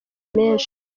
menshi